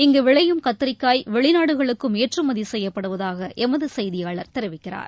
இங்கும் விளையும் கத்திரிக்காய் வெளிநாடுகளுக்கும் ஏற்றுமதி செய்யப்படுவதாக எமது செய்தியாளர் தெரிவிக்கிறார்